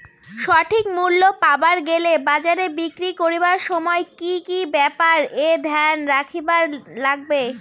সঠিক মূল্য পাবার গেলে বাজারে বিক্রি করিবার সময় কি কি ব্যাপার এ ধ্যান রাখিবার লাগবে?